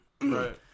Right